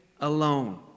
alone